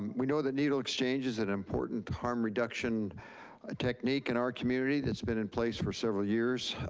we know that needle exchange is an important harm reduction ah technique in our community that's been in place for several years.